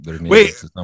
wait